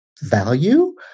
value